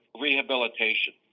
rehabilitation